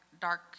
dark